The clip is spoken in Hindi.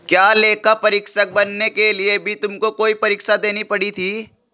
क्या लेखा परीक्षक बनने के लिए भी तुमको कोई परीक्षा देनी पड़ी थी?